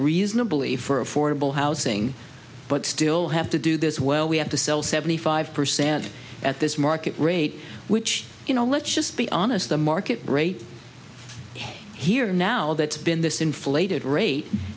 reasonably for affordable housing but still have to do this well we have to sell seventy five percent at this market rate which you know let's just be honest the market rate here now that's been this inflated rate